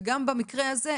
וגם במקרה הזה,